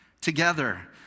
together